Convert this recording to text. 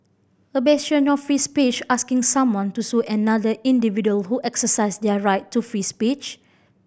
a bastion of free speech asking someone to sue another individual who exercised their right to free speech